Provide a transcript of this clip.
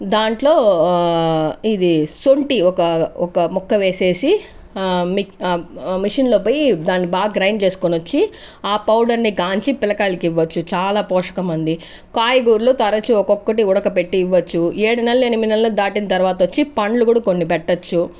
దాంట్లో ఇది సొంటి ఒక ఒక ముక్క వేసేసి మిషన్ లో పోయి దాన్ని బాగా గ్రైండ్ చేసుకొని వచ్చి ఆ పౌడర్ ని కాంచి పిల్లకాయలకు ఇవ్వచ్చు చాలా పోషకమండి కాయ గార్లు తరుచు ఒక్కొక్కటి ఉడకపెట్టి ఇవ్వచ్చు ఏడు నెలలు ఎనిమిది నెలలు దాటిన తర్వాత వచ్చి పండ్లు కూడా కొన్ని పెట్టొచ్చు